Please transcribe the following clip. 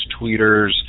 tweeters